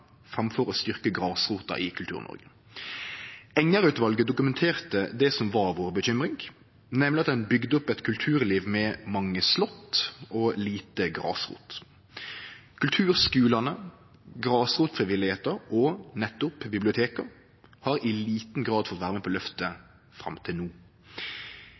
framfor å styrkje grasrota i Kultur-Noreg. Enger-utvalet dokumenterte det som vi var urolege for, nemleg at ein bygde opp eit kulturliv med mange slott og lite grasrot. Kulturskulane, grasrotfrivilligheita og nettopp biblioteka har i liten grad fått vere med på løftet fram til no.